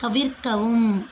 தவிர்க்கவும்